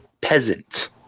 Peasant